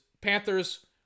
Panthers